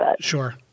Sure